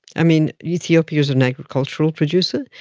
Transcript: i mean, ethiopia is an agricultural producer,